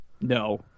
No